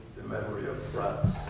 the memory of rats